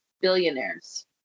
billionaires